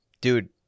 Dude